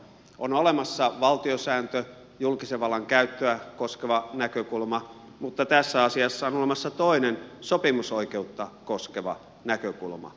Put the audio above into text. on olemassa valtiosääntö julkisen vallan käyttöä koskeva näkökulma mutta tässä asiassa on olemassa toinen sopimusoikeutta koskeva näkökulma